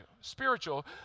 Spiritual